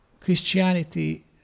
Christianity